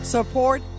Support